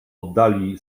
oddali